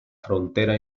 frontera